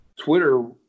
Twitter